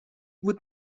would